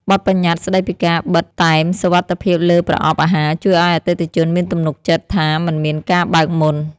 បទប្បញ្ញត្តិស្ដីពីការបិទតែមសុវត្ថិភាពលើប្រអប់អាហារជួយឱ្យអតិថិជនមានទំនុកចិត្តថាមិនមានការបើកមុន។